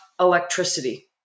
electricity